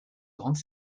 grande